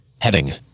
Heading